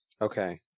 Okay